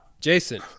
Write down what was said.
Jason